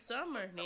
Summer